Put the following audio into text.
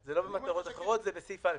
זה בסעיף (א).